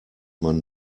man